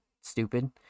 stupid